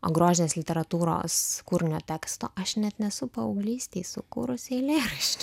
grožinės literatūros kūrinio teksto aš net nesu paauglystėj sukūrusi eilėraščių